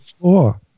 floor